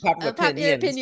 opinions